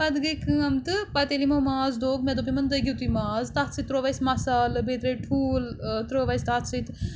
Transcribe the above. پَتہٕ گٔے کٲم تہٕ پَتہٕ ییٚلہِ یِمو ماز دوٚگ مےٚ دوٚپ یِمَن دٔگِو تُہۍ ماز تَتھ سۭتۍ ترٛوو اَسہِ مَسالہٕ بیٚیہِ ترٛٲوۍ ٹھوٗل ترٛوو اَسہِ تَتھ سۭتۍ